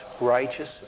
righteous